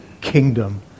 kingdom